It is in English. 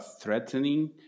threatening